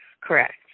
Correct